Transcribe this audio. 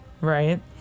right